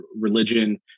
religion